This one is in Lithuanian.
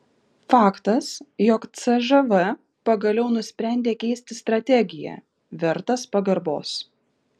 faktas jog cžv pagaliau nusprendė keisti strategiją vertas pagarbos